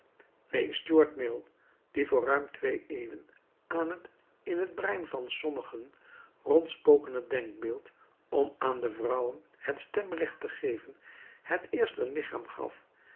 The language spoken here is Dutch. neen stuart mill die voor ruim twee eeuwen aan het in het brein van sommigen rondspokende denkbeeld om aan de vrouwen het stemrecht te geven het eerst een lichaam gaf